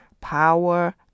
power